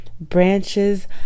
Branches